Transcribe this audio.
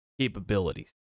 capabilities